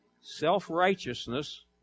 Self-righteousness